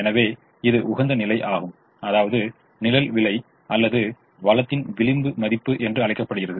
எனவே இது உகந்த நிலையாகும் அதாவது நிழல் விலை அல்லது வளத்தின் விளிம்பு மதிப்பு என்று அழைக்கப்படுகிறது